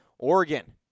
Oregon